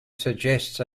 suggests